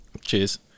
cheers